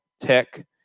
Tech